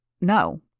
No